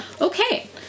Okay